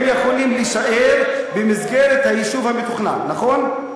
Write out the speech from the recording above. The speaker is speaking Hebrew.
הם יכולים להישאר במסגרת היישוב המתוכנן, נכון?